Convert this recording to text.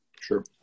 Sure